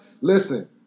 Listen